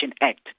Act